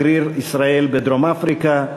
כשגריר ישראל בדרום-אפריקה.